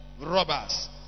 robbers